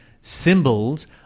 Symbols